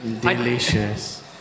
Delicious